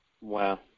Wow